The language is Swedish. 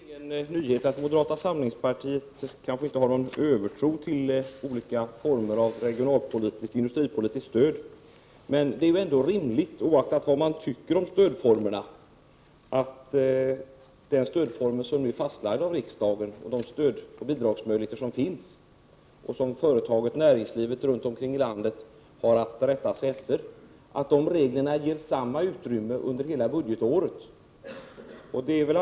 Herr talman! Det är väl ingen nyhet att moderata samlingspartiet inte har någon övertro på olika former av regionalpolitiskt och industripolitiskt stöd. Men oaktat vad man tycker om stödformerna, är det ändå rimligt att den stödform som är fastlagd av riksdagen, med de bidragsmöjligheter som finns 123 och som näringslivet runt omkring i landet har att rätta sig efter, ger samma utrymme under hela budgetåret.